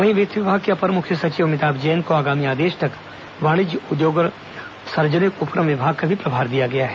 वहीं वित्त विभाग के अपर मुख्य सचिव अमिताभ जैन को आगामी आदेश तक वाणिज्य उद्योग और सार्वजनिक उपक्रम विभाग का भी प्रभार दिया गया है